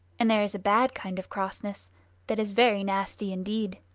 and there is a bad kind of crossness that is very nasty indeed.